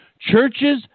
Churches